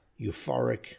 euphoric